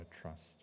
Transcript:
trust